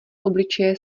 obličeje